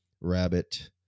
rabbit